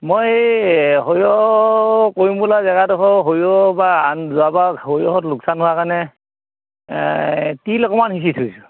মই এই সৰিয়হ কৰিম বোলা জেগাডোখৰ সৰিয়হ বা আন যোৱা বাৰ সৰিয়হত লোকচান হোৱা কাৰণে তিল অকমান সিঁচি থৈছোঁ